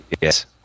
Yes